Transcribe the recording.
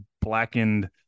blackened